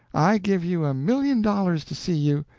i give you a million dollars to see you,